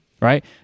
Right